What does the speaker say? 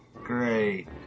Great